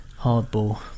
hardball